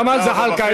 ג'מאל זחאלקה.